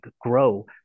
grow